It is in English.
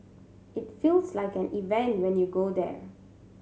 it feels like an event when you go there